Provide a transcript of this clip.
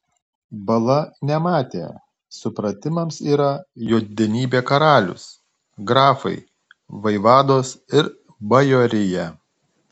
bala nematė supratimams yra jo didenybė karalius grafai vaivados ir bajorija